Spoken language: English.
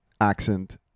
accent